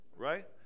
right